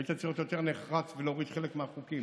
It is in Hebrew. היית צריך להיות יותר נחרץ ולהוריד חלק מהחוקים.